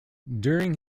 during